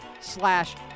slash